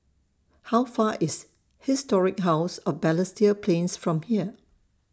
How Far IS Historic House of Balestier Plains from here